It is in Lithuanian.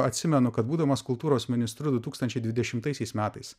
atsimenu kad būdamas kultūros ministru du tūkstančiai dvidešimtaisiais metais